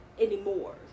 anymore